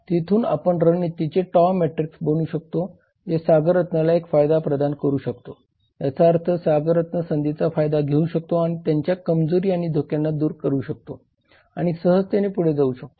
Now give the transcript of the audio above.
तिथून आपण रणनीतीचे टॉव मॅट्रिक्स बनवू शकतो जे सागर रत्नला एक फायदा प्रदान करू शकतो याचा अर्थ सागर रत्न संधींचा फायदा घेऊ शकतो आणि त्यांच्या कमजोरी आणि धोक्यांना दूर करू शकतो आणि सहजतेने पुढे जाऊ शकतो